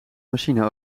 machine